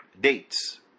dates